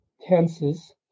tenses